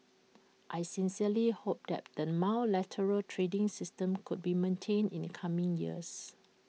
I sincerely hope that the multilateral trading system could be maintained in the coming years